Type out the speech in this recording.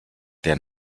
der